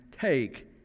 Take